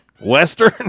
Western